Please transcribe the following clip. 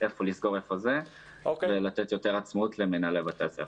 ולתת יותר עצמאות למנהלי בתי הספר.